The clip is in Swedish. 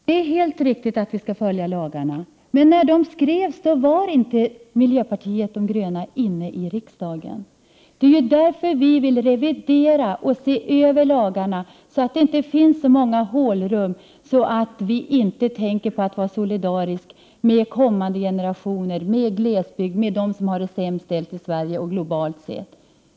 Fru talman! Det är helt riktigt att vi skall följa lagarna, men när de skrevs 19 maj 1989 var inte miljöpartiet de gröna inne i riksdagen. Det är därför vi vill revidera och se över lagarna, så att det inte finns så många hålrum. Det är nödvändigt att vi är solidariska med kommande generationer, med glesbygden, med dem som har det sämst ställt i Sverige och globalt sett.